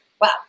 wow